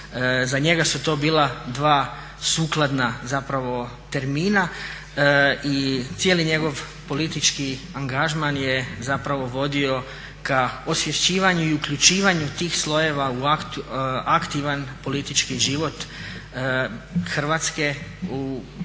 Za njega su to bila dva sukladna termina i cijeli njegov politički angažman je vodio k osvješćivanju i uključivanju tih slojeva u aktivan politički život Hrvatske, bez